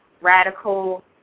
radical